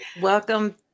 Welcome